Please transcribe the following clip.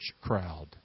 crowd